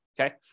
okay